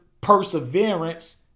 perseverance